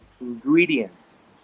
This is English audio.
ingredients